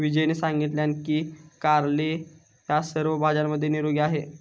विजयने सांगितलान की कारले ह्या सर्व भाज्यांमध्ये निरोगी आहे